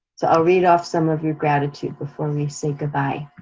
so i'll read off some of your gratitude before we say goodbye.